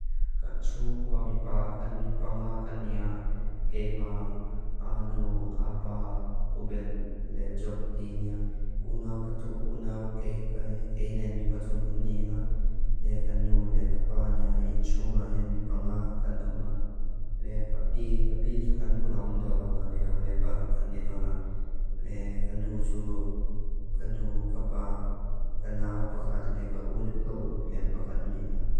Kan txuŋ kua mi paa kan mi paa nga kan ni a kei ma a nu a paa u ben le djok ti ni a. Unau kei kai kei nen mi paa txum kan ni nga le kan nu le ka paa ni a in txuŋ a hian mi paa nga kan oma. Le ka pii ka pii txu kan bula om tolo anila u le paa ruka ni tola. Le kan nu txu kan nu ka paa kan nao paa xat le ka u lian paa xat ni nga.